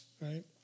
Right